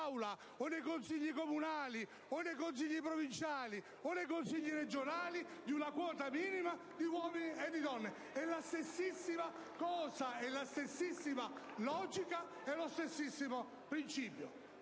nei consigli comunali, nei consigli provinciali, o nei consigli regionali di una quota minima di uomini e di donne: è la stessa cosa, la stessa logica, lo stesso principio.